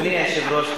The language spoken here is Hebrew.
אדוני היושב-ראש,